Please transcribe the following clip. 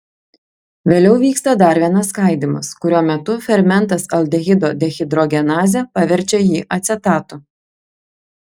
vėliau vyksta dar vienas skaidymas kurio metu fermentas aldehido dehidrogenazė paverčia jį acetatu